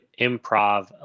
improv